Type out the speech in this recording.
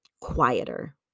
quieter